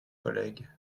collègues